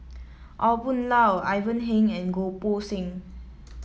Aw Boon Haw Ivan Heng and Goh Poh Seng